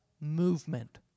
movement